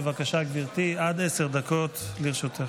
בבקשה, גברתי, עד עשר דקות לרשותך.